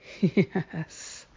Yes